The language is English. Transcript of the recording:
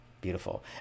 Beautiful